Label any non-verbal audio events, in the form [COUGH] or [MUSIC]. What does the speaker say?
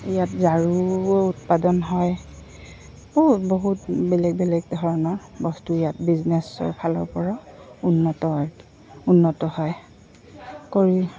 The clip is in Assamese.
ইয়াত ঝাৰুও উৎপাদন হয় [UNINTELLIGIBLE] বহুত বেলেগ বেলেগ ধৰণৰ বস্তু ইয়াত বিজনেছৰফালৰপৰাও উন্নত হয় উন্নত হয় কৰি